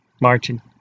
marching